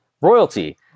royalty